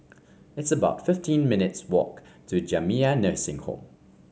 it's about fifteen minutes' walk to Jamiyah Nursing Home